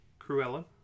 cruella